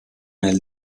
nel